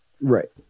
Right